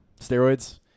steroids